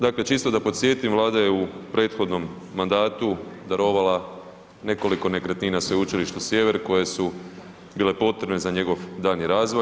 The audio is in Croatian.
Dakle, čisto da podsjetim, Vlada je u prethodnom mandatu darovala nekoliko nekretnina Sveučilištu Sjever koje su bile potrebne za njegov daljnji razvoj.